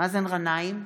מאזן גנאים,